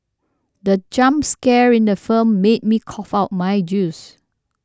the jump scare in the film made me cough out my juice